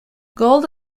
gold